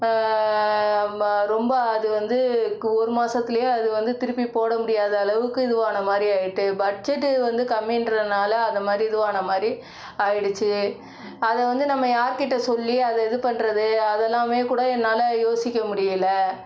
ம ரொம்ப அது வந்து கு ஒரு மாதத்துலையே அது வந்து திருப்பி போட முடியாத அளவுக்கு இதுவான மாரி ஆயிட்டு பட்ஜெட்டு வந்து கம்மின்றதுனால அத மாரி இதுவான மாரி ஆயிடுச்சு அதை வந்து நம்ம யார்கிட்ட சொல்லி அதை இது பண்ணுறது அதெல்லாமே கூட என்னால் யோசிக்க முடியல